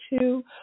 two